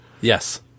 yes